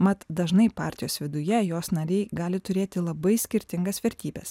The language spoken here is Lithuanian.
mat dažnai partijos viduje jos nariai gali turėti labai skirtingas vertybes